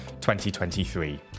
2023